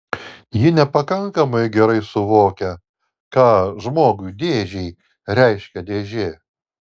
ji nepakankamai gerai suvokia ką žmogui dėžei reiškia dėžė